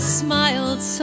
smiled